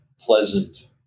pleasant